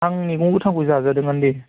आं मैगं गोथांखौ जाजागोनदांलै